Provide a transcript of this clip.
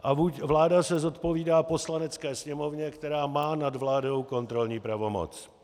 A vláda se zodpovídá Poslanecké sněmovně, která má nad vládou kontrolní pravomoc.